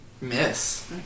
Miss